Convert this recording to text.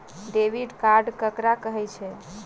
Debit card ककरा कहै छै?